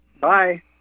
Bye